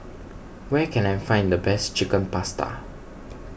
where can I find the best Chicken Pasta